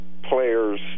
Players